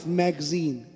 magazine